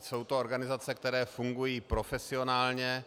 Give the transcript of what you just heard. Jsou to organizace, které fungují profesionálně.